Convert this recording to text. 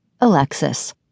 Alexis